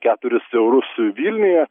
keturis eurus vilniuje